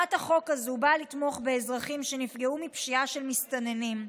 הצעת החוק הזו באה לתמוך באזרחים שנפגעו מפשיעה של מסתננים,